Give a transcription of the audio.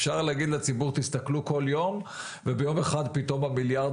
אפשר להגיד לציבור 'תסתכלו כל יום' וביום אחד פתאום המיליארד